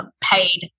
paid